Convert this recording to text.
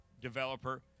developer